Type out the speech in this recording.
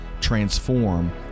transform